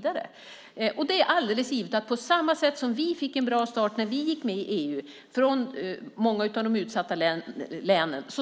Det är alldeles givet att på samma sätt som vi fick en bra start när vi gick med i EU